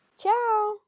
Ciao